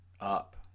up